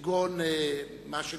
כגון, מה שנקרא,